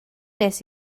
nes